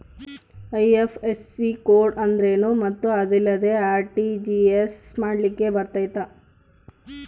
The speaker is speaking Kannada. ಐ.ಎಫ್.ಎಸ್.ಸಿ ಕೋಡ್ ಅಂದ್ರೇನು ಮತ್ತು ಅದಿಲ್ಲದೆ ಆರ್.ಟಿ.ಜಿ.ಎಸ್ ಮಾಡ್ಲಿಕ್ಕೆ ಬರ್ತೈತಾ?